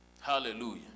Hallelujah